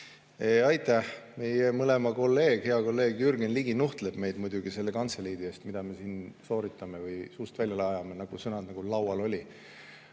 Aitäh! Meie mõlema kolleeg, hea kolleeg Jürgen Ligi nuhtleb meid muidugi selle kantseliidi eest, mida me siin sooritame või suust välja ajame – sellised sõnad nagu "laual oli"